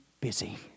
busy